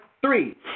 three